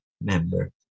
member